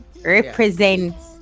represents